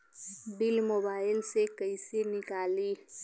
Bill mobile से कईसे निकाली?